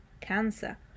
Cancer